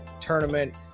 Tournament